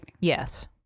Yes